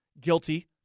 guilty